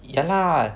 ya lah